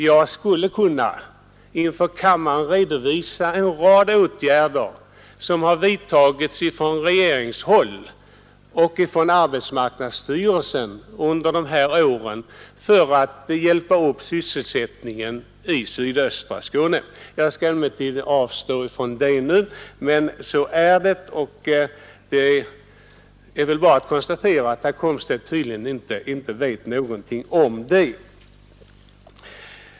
Jag skulle inför kammaren kunna redovisa en rad åtgärder, som har vidtagits från regeringshåll och av arbetsmarknadsstyrelsen under senare år för att förbättra sysselsättningen i sydöstra Skåne, men jag skall nu avstå från detta. Så är det emellertid, och det är bara att konstatera att herr Komstedt tydligen inte vet någonting om det.